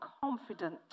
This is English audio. confident